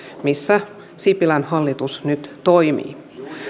missä sipilän hallitus nyt toimii